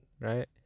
Right